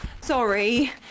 sorry